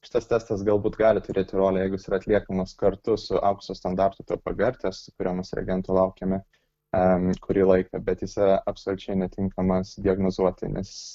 šitas testas galbūt gali turėti rolę jeigu jis yra atliekamas kartu su aukso standartu pgr testas kurio mes reagentų laukiame kurį laiką bet jis yra absoliučiai netinkamas diagnozuoti nes